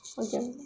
ஓகேங்க